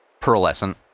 pearlescent